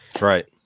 Right